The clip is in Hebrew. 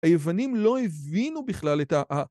היוונים לא הבינו בכלל את ה...